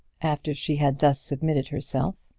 after she had thus submitted herself.